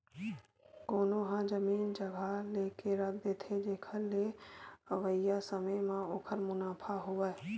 कोनो ह जमीन जघा लेके रख देथे, जेखर ले अवइया समे म ओखर मुनाफा होवय